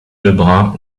lebrun